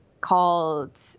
called